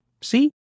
See